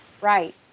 Right